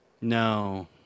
No